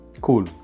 cool